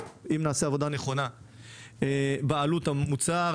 אם נעשה עבודה נכונה בעלות המוצר.